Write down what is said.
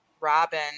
Robin